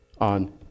on